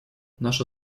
наша